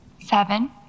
Seven